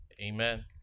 Amen